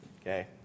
Okay